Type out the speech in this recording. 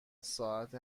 ساعت